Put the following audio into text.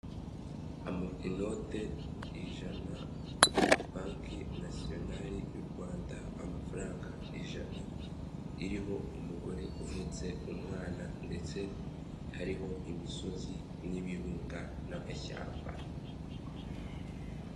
Inote ijana banki nationale y'u Rwanda amafaranga ijana, iriho umugore uhetse umwana ndetse hariho imisozi n'ibirunga n'amashyamba.